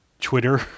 twitter